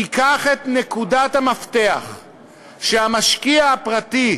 תיקח את נקודת המפתח שהמשקיע הפרטי,